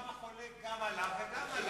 הנשיא אובמה חולק גם עליו וגם עליו.